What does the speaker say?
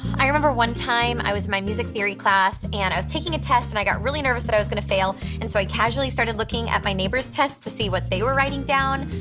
i remember one time, i was in my music theory class and i was taking a test and i got really nervous that i was gonna fail and so, i casually started looking at my neighbors' tests to see what they were writing down.